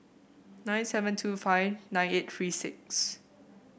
nine seven two five nine eight three six